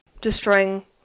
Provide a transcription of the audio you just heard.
destroying